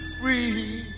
free